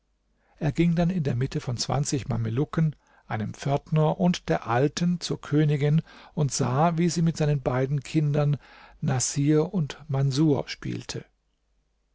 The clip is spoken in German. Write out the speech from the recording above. er ging dann in der mitte von zwanzig mamelucken einem pförtner und der alten zur königin und sah wie sie mit seinen beiden kindern naßir und manßur spielte